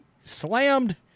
slammed